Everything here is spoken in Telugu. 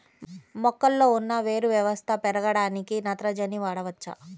మొక్కలో ఉన్న వేరు వ్యవస్థ పెరగడానికి నత్రజని వాడవచ్చా?